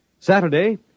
Saturday